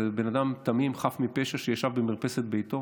זה בן אדם תמים חף מפשע שישב במרפסת ביתו